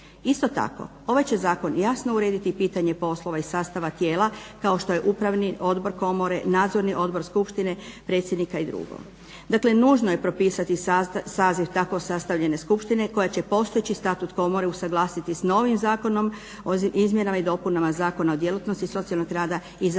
Isto tako ovaj će zakon jasno urediti pitanje poslova i sastava tijela kao što je upravni odbor komore, nadzorni odbor skupštine, predsjednika i drugo. Dakle, nužno je propisati saziv tako sastavljene skupštine koja će postojeći statut komore usuglasiti sa novim Zakonom o izmjenama i dopunama Zakona o djelatnosti socijalnog rada i izabrati